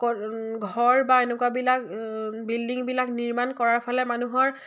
ঘৰ বা এনেকুৱাবিলাক বিল্ডিংবিলাক নিৰ্মাণ কৰাৰ ফালে মানুহৰ